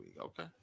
Okay